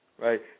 Right